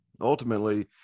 ultimately